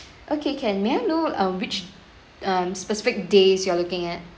okay can may I know um which um specific days you are looking at